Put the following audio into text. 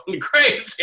crazy